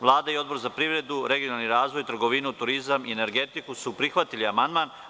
Vlada i Odbor za privredu, regionalni razvoj, trgovinu, turizam i energetiku su prihvatili amandman.